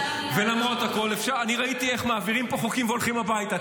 ולמרות הכול אני ראיתי איך מעבירים פה חוקים והולכים הביתה.